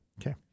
Okay